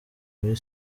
kuri